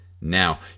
now